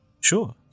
Sure